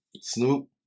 Snoop